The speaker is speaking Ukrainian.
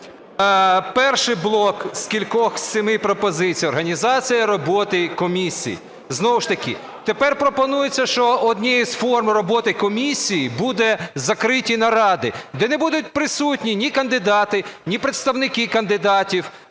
Перший блок з кількох, з семи пропозицій – організація роботи комісій. Знову ж таки, тепер пропонується, що однією із форм роботи комісій будуть закриті наради, де не будуть присутні ні кандидати, ні представники кандидатів